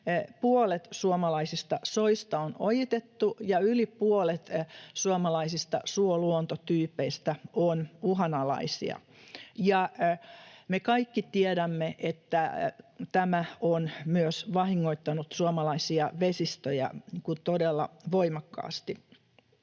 Puolet suomalaisista soista on ojitettu, ja yli puolet suomalaisista suoluontotyypeistä on uhanalaisia. Me kaikki tiedämme, että tämä on myös vahingoittanut suomalaisia vesistöjä todella voimakkaasti.